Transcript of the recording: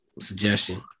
suggestion